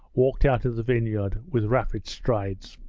walked out of the vineyard with rapid strides.